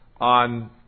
on